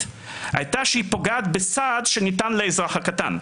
הייתה שהיא פוגעת בסעד שניתן לאזרח הקטן.